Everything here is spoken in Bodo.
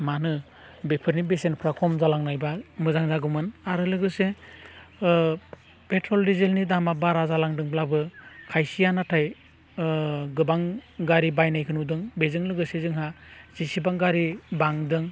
मा होनो बेफोरनि बेसेनफ्रा खम जालांनायबा मोजां जागौमोन आरो लोगोसे पेट्रल दिजेलनि दामा बारा जालांदोंब्लाबो खायसेया नाथाय गोबां गारि बायनायखौ नुदों बेजों लोगोसे जोंहा जेसेबां गारि बांदों